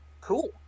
cool